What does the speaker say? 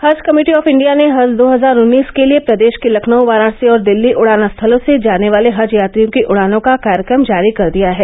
हज committee of India ने हज दो हज़ार उन्नीस के लिये प्रदेष के लखनऊ वाराणसी और दिल्ली उड़ान स्थलों से जाने वाले हज यात्रियों की उड़ानों का कार्यक्रम जारी कर दिया है